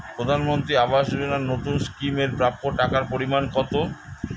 প্রধানমন্ত্রী আবাস যোজনায় নতুন স্কিম এর প্রাপ্য টাকার পরিমান কত?